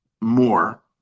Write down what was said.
more